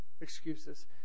excuses